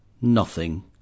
Nothing